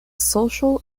social